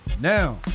now